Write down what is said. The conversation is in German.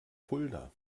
fulda